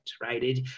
right